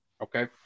Okay